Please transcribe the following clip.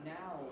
now